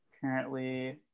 currently